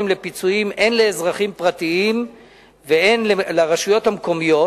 לפיצויים הן לאזרחים פרטיים והן לרשויות המקומיות